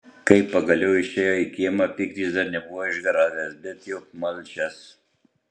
kai pagaliau išėjo į kiemą pyktis dar nebuvo išgaravęs bet jau apmalšęs